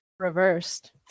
reversed